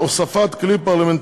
בהצעות שהן הצעות שמחליטים באותו רגע,